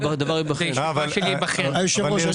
היושב-ראש,